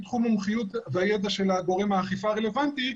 תחום המומחיות והידע של גורם האכיפה הרלוונטי.